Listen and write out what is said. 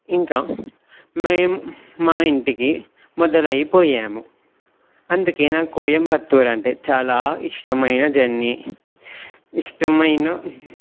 ఇంకా మేము మా ఇంటికి మొదలైపోయాము అందుకే నాకు కోయంబత్తూరు అంటే చాలా ఇష్టమైన జర్నీ ఇష్టమైన